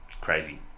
Crazy